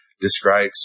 describes